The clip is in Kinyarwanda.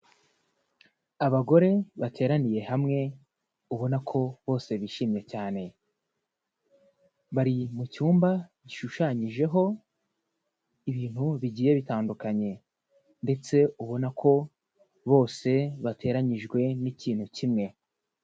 Abagore bateraniye hamwe ubona ko bose bishimye cyane, bari mu cyumba gishushanyijeho ibintu bigiye bitandukanye, ndetse ubona ko bose bateranyijwe n'ikintu kimwe.